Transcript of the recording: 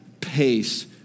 pace